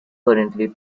currently